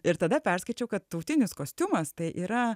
ir tada perskaičiau kad tautinis kostiumas tai yra